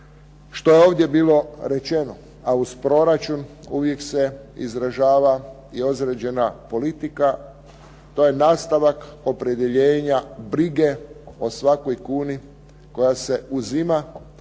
što je ovdje bilo rečeno, a uz proračun uvijek se izražava i određena politika, to je nastavak opredjeljenja brige o svakoj kuni koja se uzima